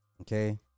Okay